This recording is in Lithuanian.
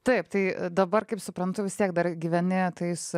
taip tai dabar kaip suprantu vis tiek dar gyveni tais